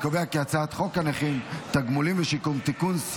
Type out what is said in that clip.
הצעת חוק הנכים (תגמולים ושיקום) (תיקון,